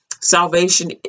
salvation